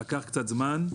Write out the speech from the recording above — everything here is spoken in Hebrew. לקח קצת זמן.